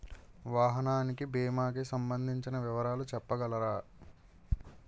వాహనానికి భీమా కి సంబందించిన వివరాలు చెప్పగలరా?